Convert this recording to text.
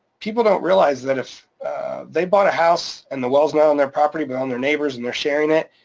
people don't realize that if they bought a house and the well's not on their property but on their neighbors and they're sharing it,